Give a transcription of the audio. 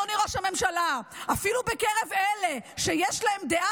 אדוני ראש הממשלה: אפילו בקרב אלה שיש להם דעה